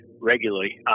regularly